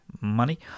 money